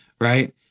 right